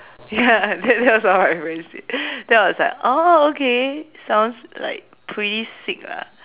ya that that was what my friend said then I was like oh okay sounds like pretty sick lah